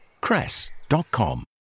cress.com